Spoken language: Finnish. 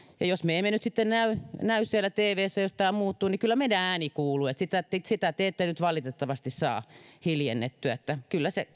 ja jos me emme nyt sitten näy näy siellä tvssä jos tämä muuttuu niin kyllä meidän äänemme kuuluu sitä te sitä te ette nyt valitettavasti saa hiljennettyä kyllä se kuuluu